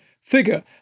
figure